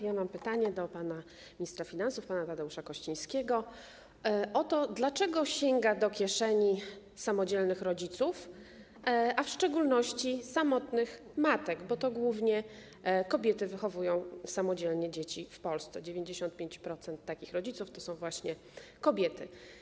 Ja mam pytanie do ministra finansów pana Tadeusza Kościńskiego o to, dlaczego sięga do kieszeni samodzielnych rodziców, a w szczególności samotnych matek, bo to głównie kobiety wychowują samodzielnie dzieci w Polsce, 95% takich rodziców to są właśnie kobiety.